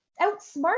outsmart